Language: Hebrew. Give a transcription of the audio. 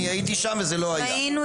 אני הייתי שם, זה לא היה.